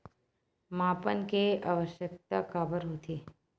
मापन के आवश्कता काबर होथे?